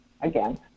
again